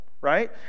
Right